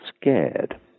scared